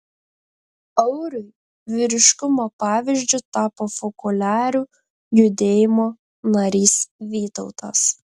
auriui vyriškumo pavyzdžiu tapo fokoliarų judėjimo narys vytautas